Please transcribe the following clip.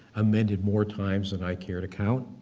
amended more times than i care to count.